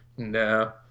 No